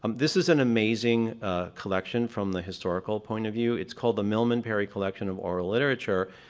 um this is an amazing collection from the historical point of view. it's called the milman parry collection of oral literature.